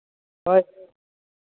ᱦᱳᱭ